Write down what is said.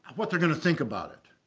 what they're going to think about it.